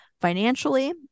financially